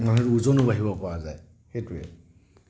মানুহটোৰ ওজনো বাঢ়িব পৰা যায় সেইটোৱেই